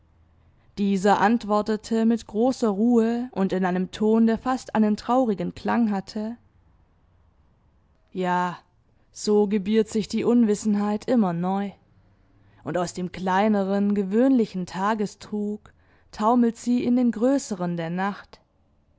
dieser antwortete mit großer ruhe und in einem ton der fast einen traurigen klang hatte ja so gebiert sich die unwissenheit immer neu und aus dem kleineren gewöhnlichen tagestrug taumelt sie in den größeren der nacht